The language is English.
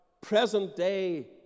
present-day